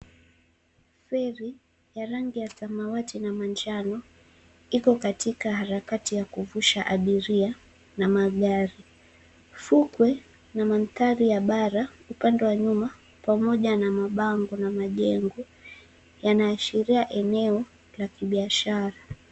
Ferry ya rangi ya samawati na manjano iko katika harakati ya kuvusha abiria na magari, fukwe na mandhari ya bara upande wa nyuma pamoja na mabango na majengo yanaashiria eneo la kibiashara.